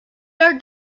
her